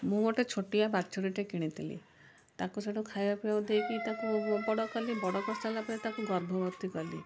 ମୁଁ ଗୋଟେ ଛୋଟିଆ ବାଛୁରୀଟିଏ କିଣିଥିଲି ତାକୁ ସେଇଠୁ ଖାଇବାକୁ ପିଇବାକୁ ଦେଇକି ତାକୁ ବଡ଼ କଲି ବଡ଼ କରିସାରିଲା ପରେ ତାକୁ ଗର୍ଭବତୀ କଲି